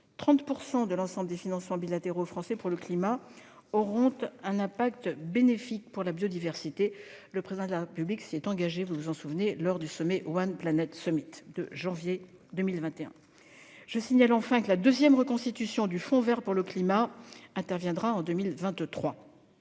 30 % de l'ensemble des financements bilatéraux français pour le climat auront aussi un impact bénéfique sur la biodiversité : le Président de la République s'y est engagé lors du de janvier 2021. Je signale, enfin, que la deuxième reconstitution du Fonds vert pour le climat interviendra en 2023.